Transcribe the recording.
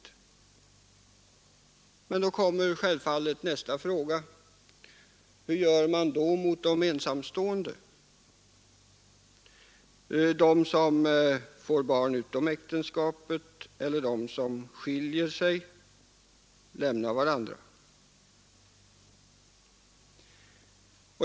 Då kommer självfallet nästa fråga: Hur gör man med de ensamstående, de som får barn utom äktenskapet eller som skiljer sig och lämnar varandra?